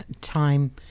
time